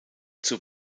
zur